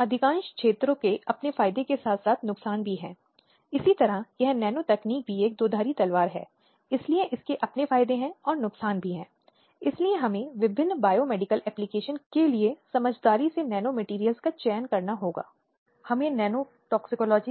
जिसने कहा था कि शिकायतों के निवारण के लिए और महिलाओं के सामाजिक आर्थिक विकास में तेजी लाने के लिए विभिन्न कार्यों को पूरा करने के लिए इस तरह का एक आयोग बहुत महत्वपूर्ण है और आखिरकार 1990 में महिला आयोग